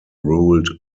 ruled